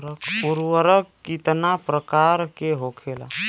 उर्वरक कितना प्रकार के होखेला?